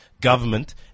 government